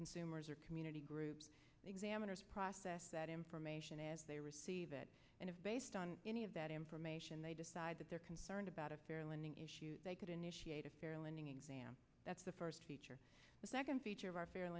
consumers or community groups examiners process that information as they receive it and if based on any of that information they decide that they're concerned about a lending issues they could initiate a fair lending example that's the first feature the second feature of our fair